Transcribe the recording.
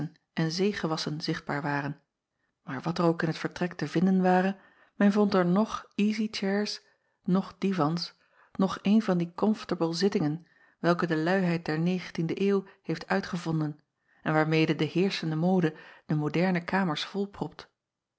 en zeegewassen zichtbaar waren maar wat er ook in het vertrek te vinden ware men vond er noch easy chairs noch divans noch een van die comfortable zittingen welke de luiheid der negentiende eeuw heeft uitgevonden en waarmede de heerschende mode de moderne kamers volpropt